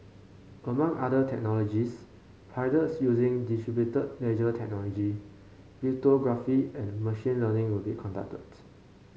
among other technologies pilots using distributed ledger technology cryptography and machine learning will be conducted